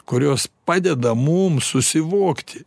kurios padeda mum susivokti